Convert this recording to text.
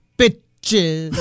bitches